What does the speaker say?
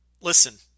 Listen